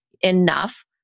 enough